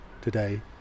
Today